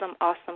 awesome